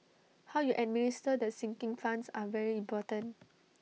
how you administer the sinking funds are very important